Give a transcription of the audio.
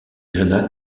irina